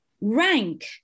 rank